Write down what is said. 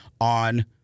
on